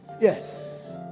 Yes